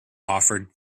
offered